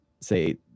say